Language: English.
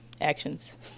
actions